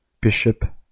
Bishop